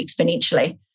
exponentially